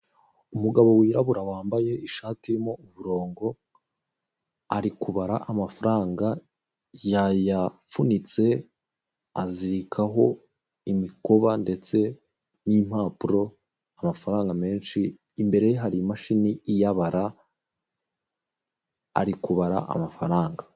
Umugabo wirabura wambaye ishati irimo uburongo, ari kubara amafaranga yayapfunitse azirikaho imikoba ndetse n'impapuro amafaranga menshi, imbere ye hari imashini iyabara, ari kubara amafaranga.